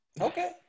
Okay